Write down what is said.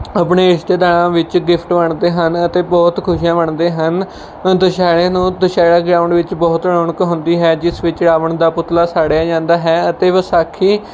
ਆਪਣੇ ਰਿਸ਼ਤੇਦਾਰਾਂ ਵਿੱਚ ਗਿਫ਼ਟ ਵੰਡਦੇ ਹਨ ਅਤੇ ਬਹੁਤ ਖੁਸ਼ੀਆਂ ਵੰਡਦੇ ਹਨ ਦੁਸ਼ਹਿਰੇ ਨੂੰ ਦੁਸ਼ਹਿਰਾ ਗਰਾਊਂਡ ਵਿੱਚ ਬਹੁਤ ਰੌਣਕ ਹੁੰਦੀ ਹੈ ਜਿਸ ਵਿੱਚ ਰਾਵਣ ਦਾ ਪੁਤਲਾ ਸਾੜਿਆ ਜਾਂਦਾ ਹੈ ਅਤੇ ਵਿਸਾਖੀ